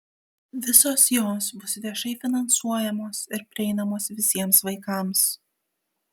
visos jos bus viešai finansuojamos ir prieinamos visiems vaikams